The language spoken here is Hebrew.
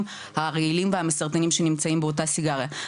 הרעילים והמסרטנים שנמצאים באותה סיגריה,